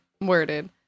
worded